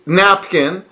napkin